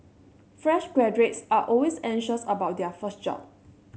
fresh graduates are always anxious about their first job